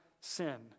sin